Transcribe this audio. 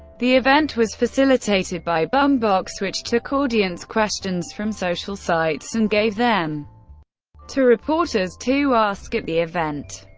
the event was facilitated by bumebox, which took audience questions from social sites and gave them to reporters to ask at the event.